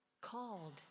Called